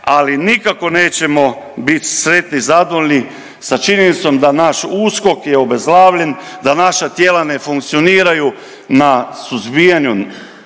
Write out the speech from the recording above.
ali nikako nećemo bit sretni, zadovoljni sa činjenicom da naš USKOK je obezglavljen, da naša tijela ne funkcioniraju na suzbijanju,